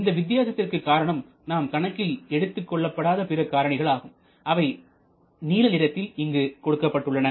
இந்த வித்தியாசத்திற்கு காரணம் நாம் கணக்கில் எடுத்துக் கொள்ளப்படாத பிற காரணிகள் ஆகும் அவை நீலநிறத்தில் இங்கு கொடுக்கப்பட்டுள்ளன